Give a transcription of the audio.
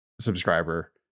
subscriber